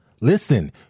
listen